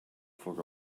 for